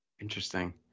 Interesting